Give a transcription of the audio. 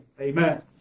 Amen